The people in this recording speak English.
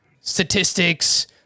statistics